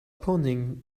pounding